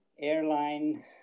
airline